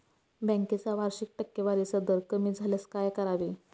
बँकेचा वार्षिक टक्केवारीचा दर कमी झाल्यास काय करावे?